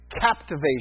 captivation